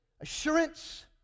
assurance